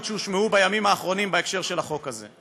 לטענות שהושמעו בימים האחרונים בהקשר של החוק הזה.